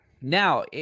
Now